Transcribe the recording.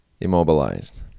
immobilized